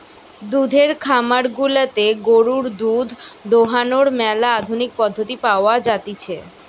দুধের খামার গুলাতে গরুর দুধ দোহানোর ম্যালা আধুনিক পদ্ধতি পাওয়া জাতিছে